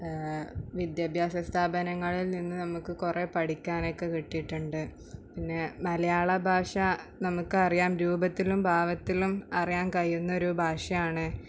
വിദ്യാഭ്യാസ സ്ഥാപനങ്ങളിൽ നിന്ന് നമുക്ക് കുറെ പഠിക്കാനൊക്കെ കിട്ടിയിട്ടുണ്ട് പിന്നെ മലയാള ഭാഷ നമ്മുക്കറിയാം രൂപത്തിലും ഭാവത്തിലും അറിയാൻ കഴിയുന്ന ഒരു ഭാഷയാണ്